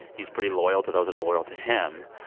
he's pretty loyal to those that are loyal to him.